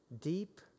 Deep